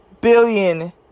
billion